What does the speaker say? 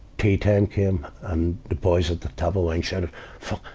tea time came, and the boys at the table end said,